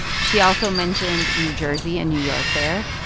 she also mentioned new jersey and new york there,